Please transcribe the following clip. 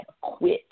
quit